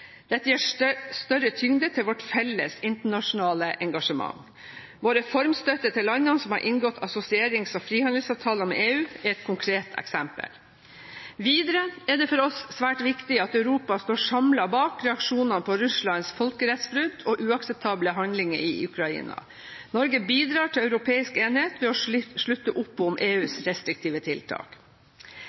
Dette gir større tyngde til vårt felles internasjonale engasjement. Vår reformstøtte til landene som har inngått assosierings- og frihandelsavtaler med EU, er et konkret eksempel. Videre er det for oss svært viktig at Europa står samlet bak reaksjonene på Russlands folkerettsbrudd og uakseptable handlinger i Ukraina. Norge bidrar til europeisk enhet ved å slutte opp om EUs restriktive tiltak.